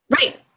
Right